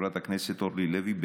חברת הכנסת אורלי לוי,